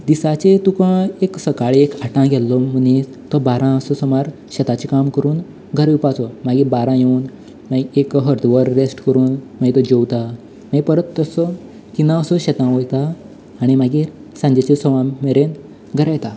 दिसांचे एक तुका एक सकाळीं एक आठांक गेल्लो मनीस तो बरांक असो सुमार शेताचें काम करून घरा येवपाचो मागीर बारांक येवन मागीर एक अर्द वर रेस्ट करून मागीर तो जेवतां मागीर परत तस्सो तिनां असो शेतां वयता आनी मागीर सांजेच्या सवांक मेरेन घरा येता